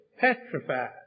petrified